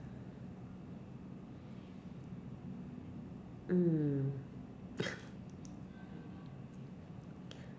mm